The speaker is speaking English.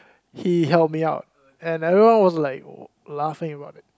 he help me out and everyone was like laughing about it